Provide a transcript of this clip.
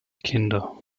kinder